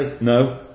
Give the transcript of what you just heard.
No